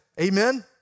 Amen